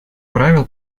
правил